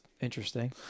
interesting